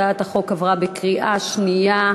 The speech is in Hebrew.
הצעת החוק עברה בקריאה שנייה.